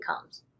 comes